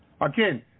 Again